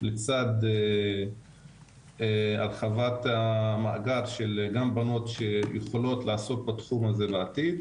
לצד הרחבת המאגר של בנות שיכולות לעסוק בתחום הזה בעתיד,